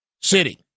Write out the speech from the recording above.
city